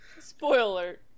Spoiler